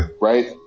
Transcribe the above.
Right